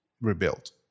rebuilt